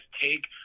take